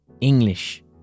English